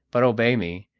but obey me.